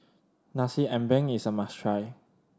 Nasi Ambeng is a must try